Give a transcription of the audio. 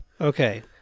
Okay